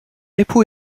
époux